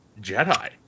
Jedi